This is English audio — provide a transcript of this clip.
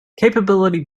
capability